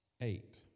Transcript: eight